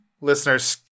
Listeners